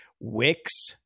Wix